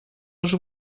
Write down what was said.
els